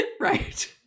Right